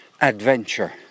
adventure